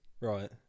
right